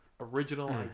original